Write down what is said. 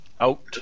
out